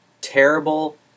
terrible